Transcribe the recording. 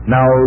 Now